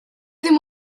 ddim